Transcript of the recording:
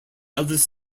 eldest